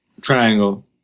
Triangle